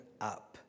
up